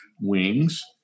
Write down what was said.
wings